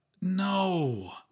no